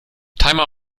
timer